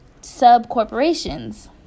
sub-corporations